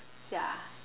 ya